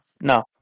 No